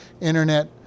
internet